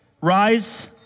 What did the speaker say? Rise